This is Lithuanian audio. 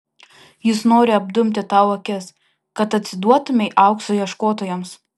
jis nori apdumti tau akis kad atsiduotumei aukso ieškotojams